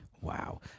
Wow